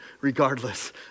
regardless